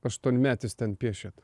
aštuonmetis ten piešėt